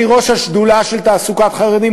אני ראש השדולה של תעסוקת חרדים,